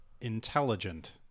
Intelligent